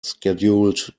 scheduled